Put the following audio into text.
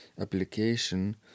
application